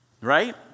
Right